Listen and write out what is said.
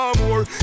more